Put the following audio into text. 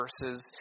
verses